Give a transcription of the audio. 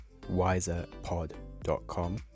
wiserpod.com